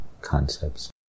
concepts